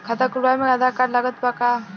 खाता खुलावे म आधार कार्ड लागत बा का?